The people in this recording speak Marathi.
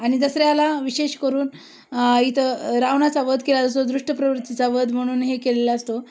आणि दसऱ्याला विशेष करून इथं रावणाचा वध केला जसा दृष्ट प्रवृत्तीचा वध म्हणून हे केलेला असतो